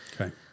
Okay